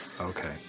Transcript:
Okay